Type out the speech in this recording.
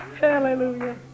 Hallelujah